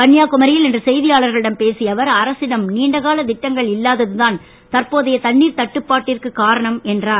கன்னியாகுமரியில் இன்று செய்தியாளர்களிடம் பேசிய அவர் அரசிடம் நீண்ட கால திட்டங்கள் இல்லாதது தான் தற்போதைய தண்ணீர் தட்டுபாட்டிற்கு காரணம் என்றார்